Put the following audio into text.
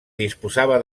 disposava